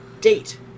date